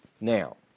Now